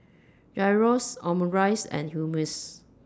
Gyros Omurice and Hummus